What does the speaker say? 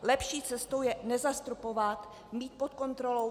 Lepší cestou je nezastropovat a mít pod kontrolou.